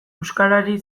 euskarari